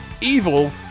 evil